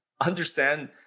understand